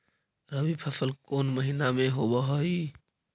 रबी फसल कोन महिना में होब हई?